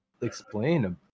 explain